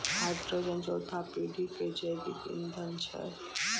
hydrogen चौथा पीढ़ी के जैविक ईंधन छै